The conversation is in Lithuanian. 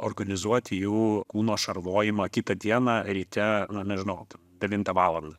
organizuoti jų kūno šarvojimą kitą dieną ryte na nežinau devintą valandą